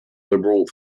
liberal